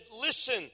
listen